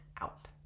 out